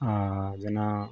आ जेना